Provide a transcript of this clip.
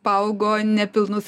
paaugo nepilnus